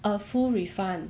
a full refund